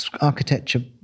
architecture